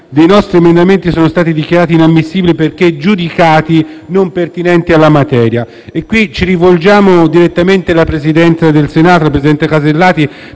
questi nostri emendamenti sono stati dichiarati inammissibili perché giudicati non pertinenti alla materia. Ci rivolgiamo qui al Presidente del Senato, la presidente Casellati,